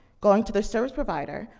going to their service provider,